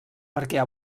perquè